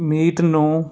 meat ਨੂੰ